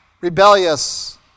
rebellious